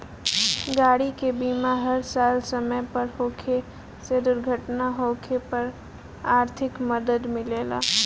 गाड़ी के बीमा हर साल समय पर होखे से दुर्घटना होखे पर आर्थिक मदद मिलेला